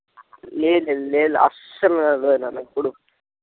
లేదు లేదు అసలు లేదు నాన్న ఎప్పుడు